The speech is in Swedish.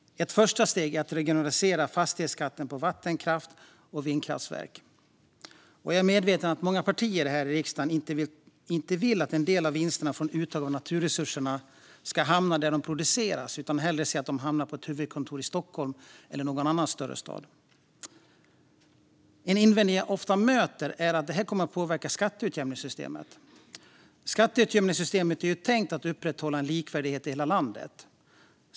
Ett första steg är att regionalisera fastighetsskatten på vattenkraft och vindkraftverk. Jag är medveten om att många partier här i riksdagen inte vill att en del av vinsterna från uttag av naturresurser ska hamna där de produceras utan hellre ser att de hamnar på ett huvudkontor i Stockholm eller någon annan större stad. En invändning jag ofta möter är att det kommer att påverka skatteutjämningssystemet. Skatteutjämningssystemet är ju tänkt att upprätthålla likvärdighet i hela landet.